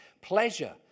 pleasure